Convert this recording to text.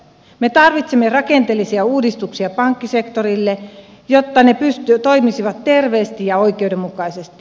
me tarvitsemme rakenteellisia uudistuksia pankkisektorille jotta ne toimisivat terveesti ja oikeudenmukaisesti